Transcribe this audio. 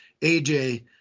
AJ